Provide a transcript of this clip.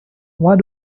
what